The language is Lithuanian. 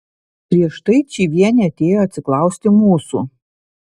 prieš tai čyvienė atėjo atsiklausti mūsų